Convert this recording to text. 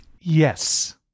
Yes